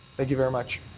like you very much.